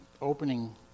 opening